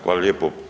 Hvala lijepo.